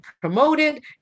promoted